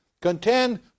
contend